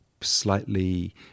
slightly